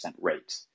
rate